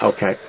Okay